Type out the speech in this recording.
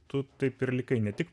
tu taip ir likai ne tik